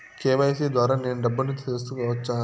KYC ద్వారా నేను డబ్బును తీసుకోవచ్చా?